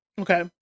Okay